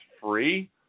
free